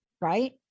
Right